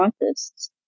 artists